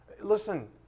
listen